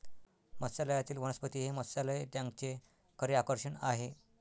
मत्स्यालयातील वनस्पती हे मत्स्यालय टँकचे खरे आकर्षण आहे